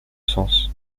sens